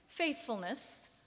Faithfulness